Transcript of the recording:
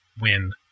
win